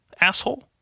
asshole